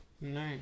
No